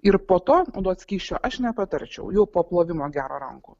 ir po to naudot skysčio aš nepatarčiau jau po plovimo gero rankų